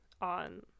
on